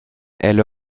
elle